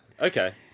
Okay